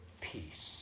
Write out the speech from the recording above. peace